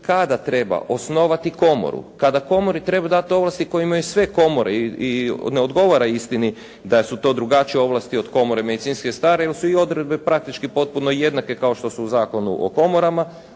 kada treba osnovati komoru, kada komori treba dati ovlasti koje imaju sve komore i ne odgovara istini da su to drugačije ovlasti od komore medicinske stare, jer su i odredbe praktički potpuno jednake kao što su u Zakonu u komorama,